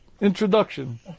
Introduction